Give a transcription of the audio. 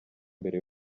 mbere